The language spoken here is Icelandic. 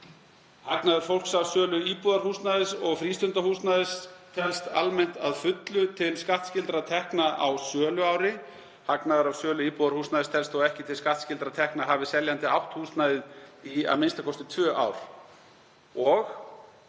Hagnaður fólks af sölu íbúðarhúsnæðis og frístundahúsnæðis telst almennt að fullu til skattskyldra tekna á söluári. Hagnaður af sölu íbúðarhúsnæðis telst þó ekki til skattskyldra tekna hafi seljandi átt húsnæðið í a.m.k. tvö ár og